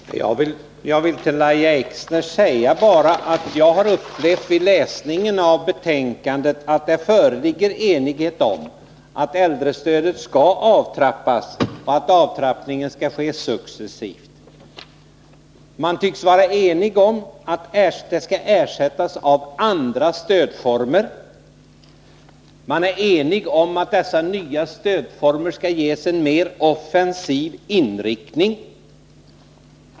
Herr talman! Jag vill till Lahja Exner bara säga att jag vid läsningen av betänkandet har upplevt det som att det föreligger enighet om att äldrestödet skall avtrappas och att avtrappningen skall ske successivt. Man tycks vara enig om att det skall ersättas av andra stödformer. Man är också enig om att dessa nya stödformer skall ges en mer offensiv inriktning.